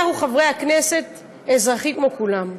אנחנו, חברי הכנסת, אזרחים כמו כולם.